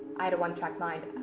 i had a one-track mind,